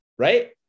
Right